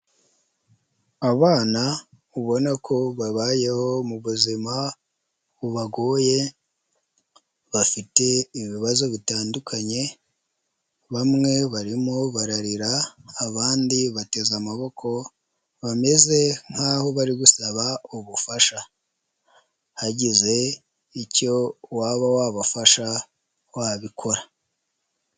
Abana ubona ko babayeho mu buzima bubagoye, bafite ibibazo bitandukanye, bamwe barimo bararira abandi bateze amaboko, bameze nk'aho aho bari gusaba ubufasha. Hagize icyo waba wabafasha wabikora.